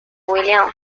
william